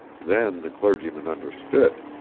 then the clergyman understood.